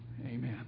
Amen